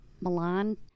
Milan